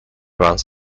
runs